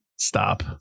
stop